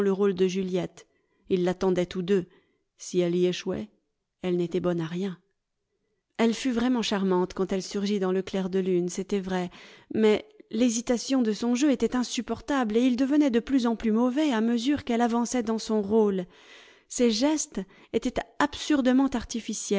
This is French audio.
le rôle de juliette ils l'attendaient tous deux si elle y échouait elle n'était bonne à rien elle fut vr aiment charmante quand elle surgit dans le clair de lune c'était vrai mais l'hésitation de son jeu était insupportable et il devenait de plus en plus mauvais à mesure qu'elle avançait dans son rôle ses gestes étaient absurdement